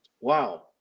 wow